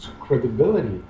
credibility